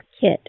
Kit